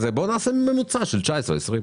בוא נעשה ממוצע של 2019 ו-2020.